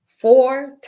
four